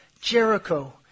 Jericho